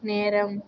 நேரம்